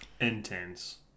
Intense